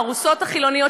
הארוסות החילוניות,